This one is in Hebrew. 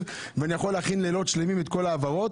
ואני יכול להכין לילות שלמים את כל ההעברות